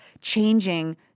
changing